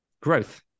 growth